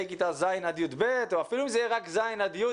כיתה ז' עד י"ב או אפילו אם זה יהיה רק ז' עד י',